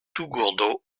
taugourdeau